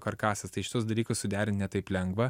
karkasas tai šituos dalykus suderint ne taip lengva